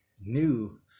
new